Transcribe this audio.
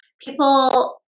people